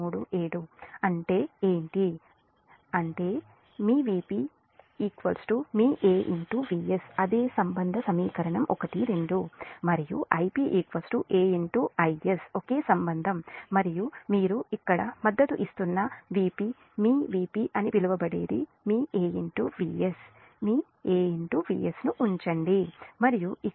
అది ఏంటి అంటే అంటే మీ Vp మీ A Vs అదే సంబంధ సమీకరణం 12 మరియు Ip A Is ఒకే సంబంధం మరియు మీరు ఇక్కడ మద్దతు ఇస్తున్న VP మీరు మీ VP అని పిలవబడేది మీ A Vs మీ A Vs ను ఉంచండి మరియు ఇక్కడ కూడా Ip A Is